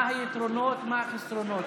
מהם היתרונות ומהם החסרונות?